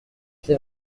c’est